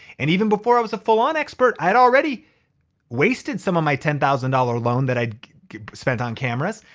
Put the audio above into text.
and even before i was a full on expert, i had already wasted some of my ten thousand dollars loan that i spent on cameras.